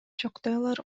жагдайлар